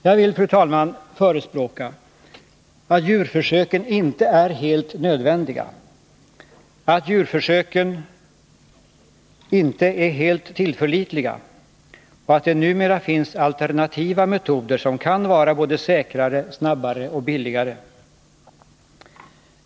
Jag vill — fru talman — förespråka att djurförsöken inte är helt nödvändiga, att djurförsöken inte är helt tillförlitliga och att det numera finns alternativa metoder som kan vara säkrare, snabbare och billigare.